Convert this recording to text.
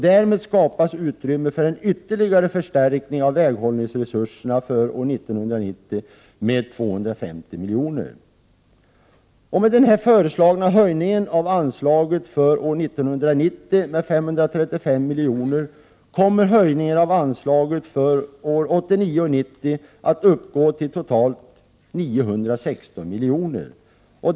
Därmed skapas utrymme för en ytterligare förstärkning av väghållningsresurserna för år 1990 med 250 milj.kr. Med den föreslagna höjningen av anslaget för år 1990 med 535 milj.kr. kommer höjningen av anslaget för åren 1989 och 1990 att uppgå till totalt 916 milj.kr.